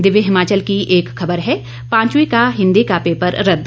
दिव्य हिमाचल की एक खबर है पांचवीं का हिंदी का पेपर रद्द